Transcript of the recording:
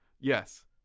Yes